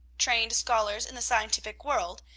trained scholars in the scientific world,